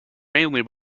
mainly